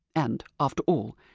and, after all,